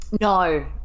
No